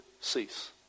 cease